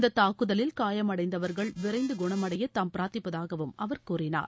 இந்த தாக்குதலில் காயமடைந்தவர்கள் விரைந்து குணமடைய தாம் பிராத்திப்பதாகவும் அவர் கூறினார்